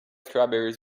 strawberries